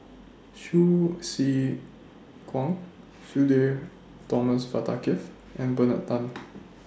Hsu Tse Kwang Sudhir Thomas Vadaketh and Bernard Tan